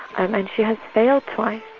and then she has failed twice.